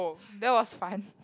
that was fun